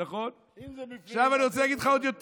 אם זה בפנים --- עכשיו אני רוצה להגיד לך יותר מזה.